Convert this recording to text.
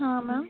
हां मॅम